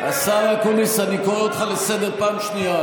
השר אקוניס, אני קורא אותך לסדר פעם שנייה.